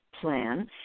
plan